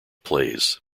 plays